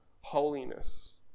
holiness